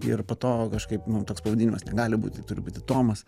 ir po to kažkaip nu toks pavadinimas negali būti turi būti tomas